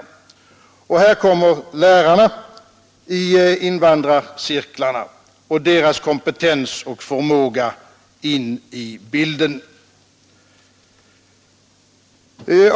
Här kommer lärarna i invandrarcirklarna och deras kompetens och förmåga in i bilden.